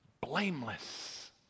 blameless